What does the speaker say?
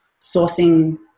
sourcing